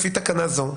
לפי תקנה זאת,